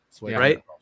right